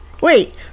Wait